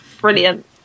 Brilliant